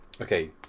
Okay